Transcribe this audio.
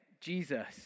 Jesus